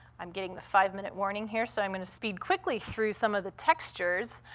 i'm getting the five-minute warning here, so i'm gonna speed quickly through some of the textures.